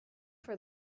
for